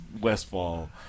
Westfall